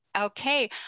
Okay